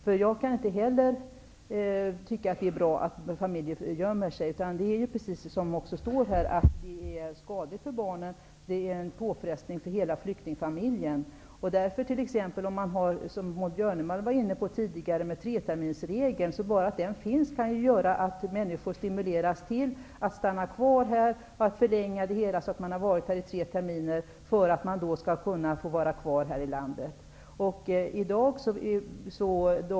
Jag tycker inte heller att det är bra att familjer gömmer sig. Det är skadligt för barnen och en påfrestning för hela flyktingfamiljen. Bara att treterminsregeln finns kan ju stimulera till att människor på alla sätt försöker att förlänga vistelsetiden, så att de efter tre terminer får tillstånd att stanna kvar i landet.